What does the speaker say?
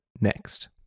next